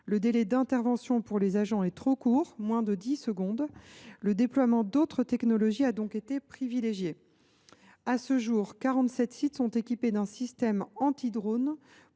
Le délai d’intervention pour les agents est trop court – moins de dix secondes. Le déploiement d’autres technologies a donc été privilégié. À ce jour, 47 sites sont équipés d’un système anti drones